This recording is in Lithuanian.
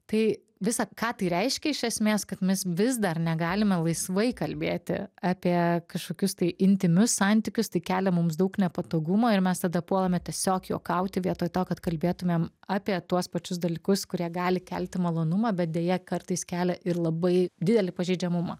tai visa ką tai reiškia iš esmės kad mes vis dar negalime laisvai kalbėti apie kažkokius tai intymius santykius tai kelia mums daug nepatogumo ir mes tada puolame tiesiog juokauti vietoj to kad kalbėtumėm apie tuos pačius dalykus kurie gali kelti malonumą bet deja kartais kelia ir labai didelį pažeidžiamumą